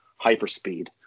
hyperspeed